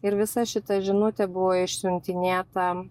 ir visa šita žinutė buvo išsiuntinėta